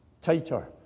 tighter